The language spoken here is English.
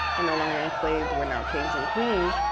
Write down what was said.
we're no longer enslaved. we're now kings and queens.